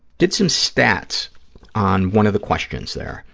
did some stats on one of the questions there.